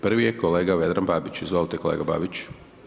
Prvi je kolega Vedran Babić, izvolite kolega Babić.